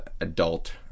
adult